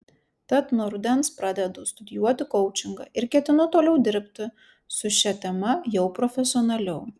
tad nuo rudens pradedu studijuoti koučingą ir ketinu toliau dirbti su šia tema jau profesionaliau